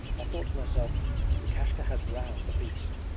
i thought to myself lukashka has roused a beast,